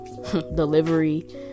delivery